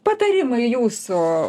patarimai jūsų